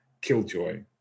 killjoy